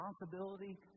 responsibility